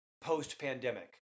post-pandemic